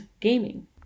gaming